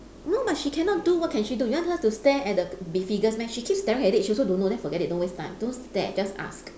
no but she cannot do what can she do you want her to stare at the the figures meh she keep staring at it she also don't know then forget it don't waste time don't stare just ask